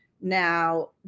now